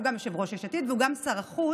שהוא גם יושב-ראש יש עתיד והוא גם שר החוץ,